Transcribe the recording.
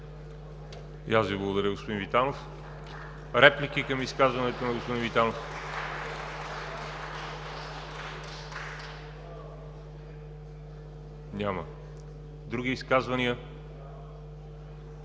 И аз Ви благодаря, господин Витанов. Реплики към изказването на господин Витанов? Няма. Други изказвания?